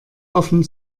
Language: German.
offen